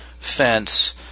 fence